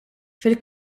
fil